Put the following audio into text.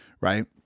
right